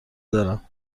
دارم